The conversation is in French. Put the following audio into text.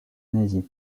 nazis